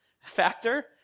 factor